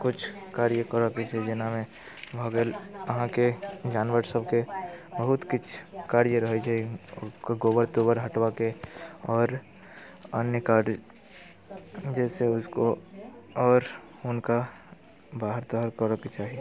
किछु कार्य करैके छै जेनामे भऽ गेल जेना अहाँकेँ जानवर सबके बहुत किछु कार्य रहैत छै गोबर तोबर हटबऽके आओर अन्य कार्य जैसे उसको आओर हुँनका बाहर ताहर करऽके चाही